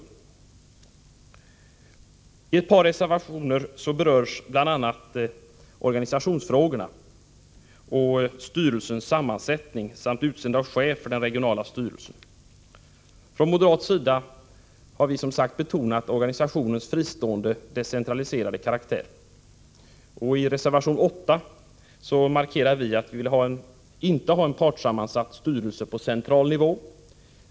Måndagen den I ett par av reservationerna berörs organisationsfrågor, bl.a. styrelsernas 17 december 1984 sammansättning samt utseende av chef för den regionala uppdragsmyndigheten. Från moderat sida har vi som sagt betonat organisationens fristående Ny organisation för decentraliserade karaktär. AMU I reservation 8 markerar vi att vi inte vill ha en partssammansatt styrelse på central nivå.